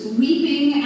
weeping